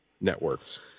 networks